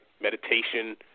meditation